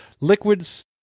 liquids